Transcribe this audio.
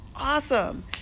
Awesome